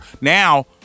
Now